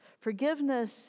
Forgiveness